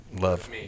love